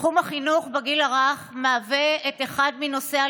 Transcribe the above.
תחום החינוך בגיל הרך מהווה אחד מנושאי